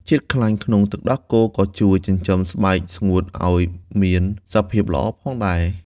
ជាតិខ្លាញ់ក្នុងទឹកដោះគោក៏ជួយចិញ្ចឹមស្បែកស្ងួតឲ្យមានសភាពល្អផងដែរ។